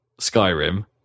skyrim